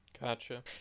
Gotcha